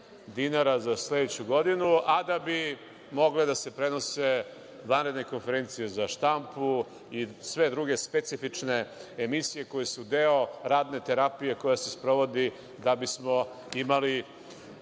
dinara za sledeću godinu, a da bi mogle da se prenose vanredne konferencije za štampu i sve druge specifične emisije koje su deo radne terapije koja se sprovodi da bismo imali